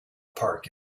park